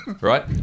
right